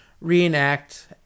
reenact